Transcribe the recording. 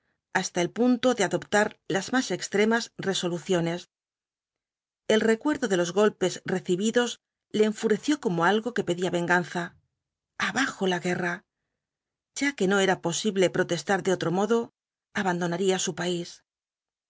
hasta el punto de adoptar las más extremas resoluciones el recuerdo de los golpes recibidos le enfureció como algo que pedía venganza abajo la guerra ya que no le era posible protestar de otro modo abandonaría su país